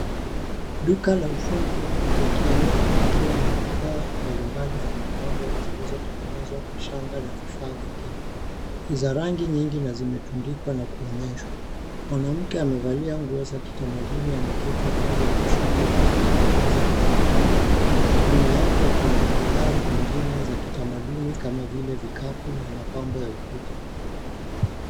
Duka la ufundi wa kienyeji likiwa na bidhaa mbalimbali za mapambo zilizotengenezwa kwa shangaa na vifaa vingine vya rangi mingi vimetundikwa na kuonyeshwa. Mwanamke amevalia nguo za kitamaduni ameketi upande wa kushoto akivitengeneza. Nyuma yake kuna bidhaa zingine za kitamaduni kama vikapu na mapambo ya ukuta.